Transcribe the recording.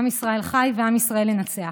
עם ישראל חי ועם ישראל ינצח.